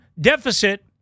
deficit